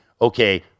okay